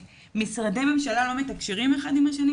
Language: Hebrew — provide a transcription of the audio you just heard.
"משרדי ממשלה לא מתקשרים אחד עם השני"?